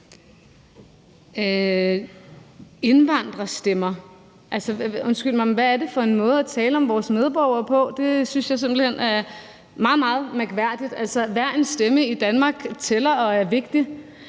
Undskyld mig, men hvad er det for en måde at tale om vores medborgere på? Det synes jeg simpelt hen er meget, meget mærkværdigt. Hver en stemme i Danmark tæller og er vigtig.